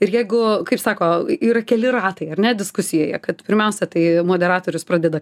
ir jeigu kaip sako yra keli ratai ar ne diskusijoje kad pirmiausia tai moderatorius pradeda